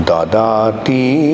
Dadati